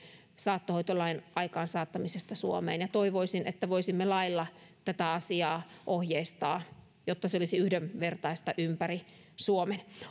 saattohoitolain aikaansaattamisesta suomeen toivoisin että voisimme lailla tätä asiaa ohjeistaa jotta se olisi yhdenvertaista ympäri suomen